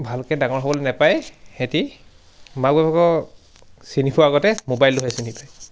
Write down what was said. ভালকৈ ডাঙৰ হ'বলৈ নাপায় সেতি মাক বাপেকক চিনি পোৱাৰ আগতে মোবাইলটোহে চিনি পায়